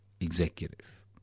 executive